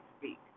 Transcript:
speak